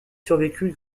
survécu